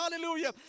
hallelujah